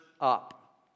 up